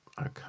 Okay